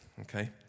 okay